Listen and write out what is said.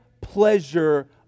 pleasure